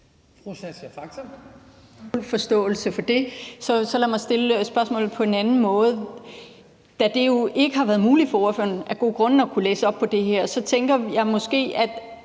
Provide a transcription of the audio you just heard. Så lad mig stille spørgsmålet på en anden måde. Da det jo af gode grunde ikke har været muligt for ordføreren at kunne læse op på det her, tænker jeg, at